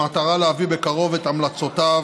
במטרה להביא בקרוב את המלצותיו